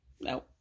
no